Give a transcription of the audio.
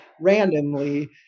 randomly